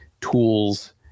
tools